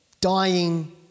dying